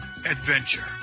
adventure